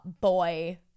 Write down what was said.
boy